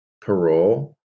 parole